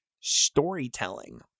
storytelling